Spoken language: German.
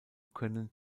können